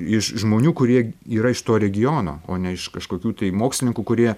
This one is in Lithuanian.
iš žmonių kurie yra iš to regiono o ne iš kažkokių tai mokslininkų kurie